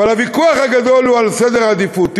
אבל הוויכוח הגדול הוא על סדר העדיפויות.